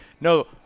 no